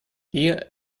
gier